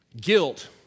guilt